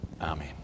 Amen